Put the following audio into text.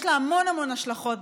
יש לה המון המון השלכות,